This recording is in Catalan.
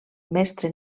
mestre